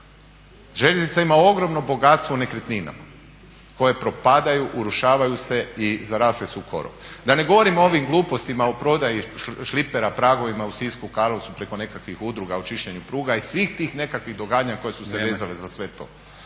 Željeznica ima ogromno bogatstvo u nekretninama koje propadaju, urušavaju se i zarasle su u korov. Da ne govorim o ovim glupostima o prodaji šlipera, pragovima u Sisku, Karlovcu preko nekakvih udruga o čišćenju pruga i svih tih nekakvih događanja koje su se vezale za sve to.